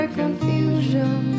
confusion